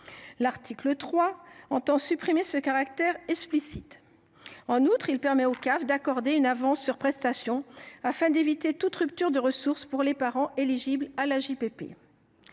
L’article 3 supprime ce caractère explicite. En outre, il permet aux CAF d’accorder une avance sur prestation afin d’éviter toute rupture de ressources pour les parents éligibles à l’AJPP.